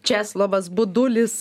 česlovas budulis